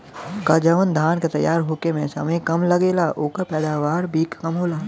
का जवन धान के तैयार होखे में समय कम लागेला ओकर पैदवार भी कम होला?